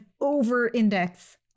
over-index